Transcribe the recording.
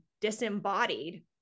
disembodied